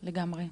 לגמרי,